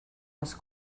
les